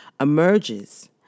emerges